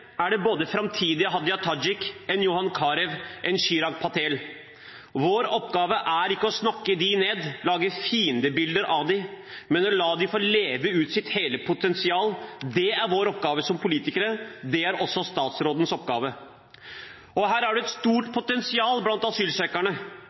er det både framtidige Hadia Tajik-er, en John Carew, en Chirag Patel. Vår oppgave er ikke å snakke dem ned, lage fiendebilder av dem, men å la dem få leve ut hele sitt potensial. Det er vår oppgave som politikere. Det er også statsrådens oppgave. Her er det et stort